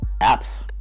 apps